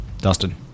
Dustin